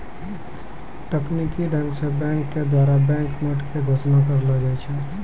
तकनीकी ढंग से बैंक के द्वारा बैंक नोट के घोषणा करलो जाय छै